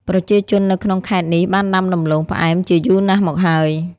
ប្រជាជននៅក្នុងខេត្តនេះបានដាំដំឡូងផ្អែមជាយូរណាស់មកហើយ។